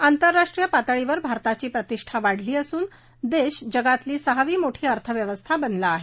आंतरराष्ट्रीय पातळीवर भारताची प्रतिष्ठा वाढली असून देश जगातली सहावी मोठी अर्थव्यवस्था बनला आहे